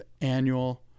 annual